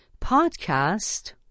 podcast